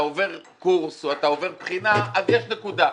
אם אתה עובר קורס או אתה עובר בחינה, יש נקודה.